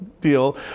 deal